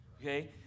okay